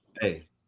Hey